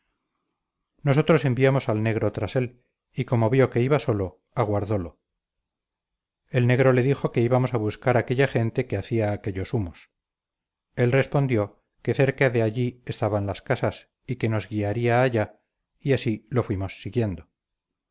nosotros enviamos al negro tras él y como vio que iba solo aguardólo el negro le dijo que íbamos a buscar aquella gente que hacía aquellos humos él respondió que cerca de allí estaban las casas y que nos guiaría allá y así lo fuimos siguiendo